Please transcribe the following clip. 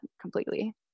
completely